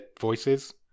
voices